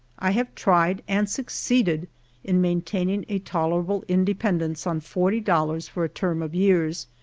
i have tried and succeeded in maintaining a tolerable independence on forty dollars for a term of years,